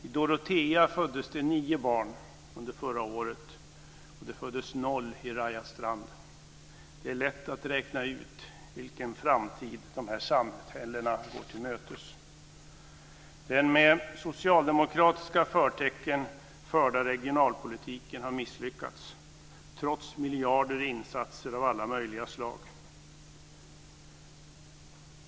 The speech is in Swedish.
I Dorotea föddes 9 barn förra året och i Rajastrand 0. Det är lätt att räkna ut vilken framtid de här samhällena går till mötes. Den med socialdemokratiska förtecken förda regionalpolitiken har misslyckats trots miljarder i insatser av alla möjliga slag.